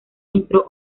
entró